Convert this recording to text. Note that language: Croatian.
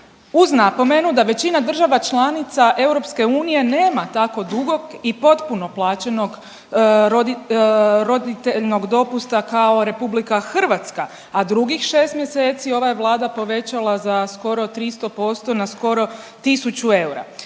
uz napomenu da većina država članica EU nema tako dugog i potpuno plaćenog roditeljnog dopusta kao RH, a drugih šest mjeseci ova je Vlada povećala za skoro 300% na skoro tisuću eura.